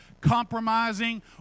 compromising